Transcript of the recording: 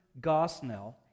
Gosnell